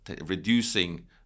reducing